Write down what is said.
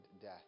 death